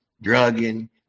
drugging